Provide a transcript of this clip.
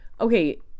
Okay